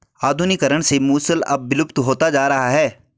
आधुनिकीकरण से मूसल अब विलुप्त होता जा रहा है